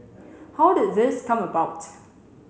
how did this come about